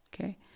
Okay